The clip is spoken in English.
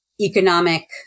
economic